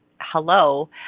hello